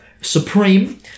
supreme